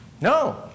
No